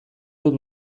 dut